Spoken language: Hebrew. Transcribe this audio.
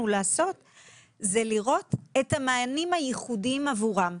לעשות זה לראות את המענים הייחודיים עבורם,